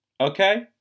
Okay